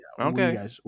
Okay